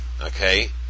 okay